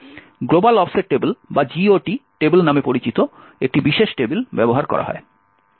global offset table বা GOT table নামে পরিচিত একটি বিশেষ টেবিল ব্যবহার করা হয়